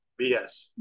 BS